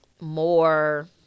more